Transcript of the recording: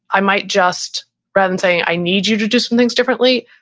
i might just rather than saying i need you to do some things differently,